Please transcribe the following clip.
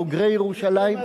בוגרי ירושלים.